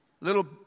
little